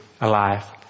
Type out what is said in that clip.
alive